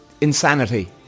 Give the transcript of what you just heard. insanity